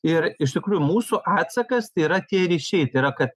ir iš tikrųjų mūsų atsakas tai yra tie ryšiai tai yra kad